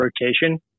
rotation